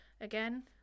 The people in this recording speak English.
Again